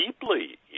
deeply